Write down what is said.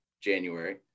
January